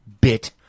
bit